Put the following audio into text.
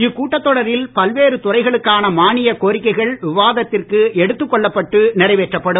இக்கூட்டத்தொடரில் பல்வேறு துறைகளுக்கான மானிய கோரிக்கைகள் விவாதித்திற்கு எடுத்துக் கொள்ளப்பட்டு நிறைவேற்றப்படும்